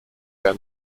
der